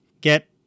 Get